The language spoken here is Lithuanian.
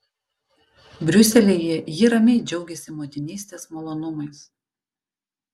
briuselyje ji ramiai džiaugiasi motinystės malonumais